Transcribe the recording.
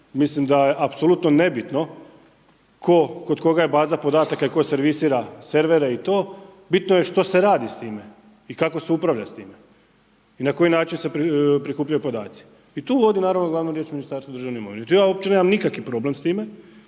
Mislim da je apsolutno nebitno kod koga je baza podataka i tko servisira servere i to. Bitno je što se radi s time i kako se upravlja s time. I na koji način se prikupljaju podaci. I tu vodi naravno glavnu riječ Ministarstvo državne imovine. Ja uopće nemam nikakav problem s time,